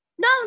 No